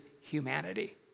humanity